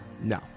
No